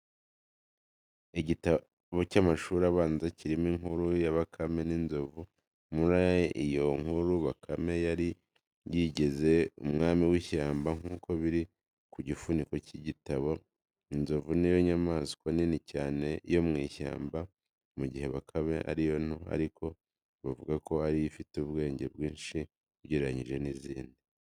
Igitabo cy'amashuri abanza kirimo inkuru ya bakame n'inzovu. Muri iyo nkuru, Bakame yari yigize umwami w'ishyamba nk'uko biri ku gifuniko cy'igitabo. Inzovu niyo nyamaswa nini cyane yo mu ishyamba, mu gihe bakame ari nto ariko bavuga ko ariyo ifite ubwenge bwinshi ugereranyije n'izindi.